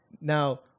Now